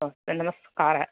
नमस्कारः